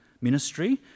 ministry